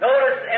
notice